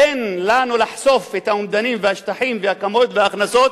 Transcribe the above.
אין לנו לחשוף את האומדנים והשטחים והכמויות וההכנסות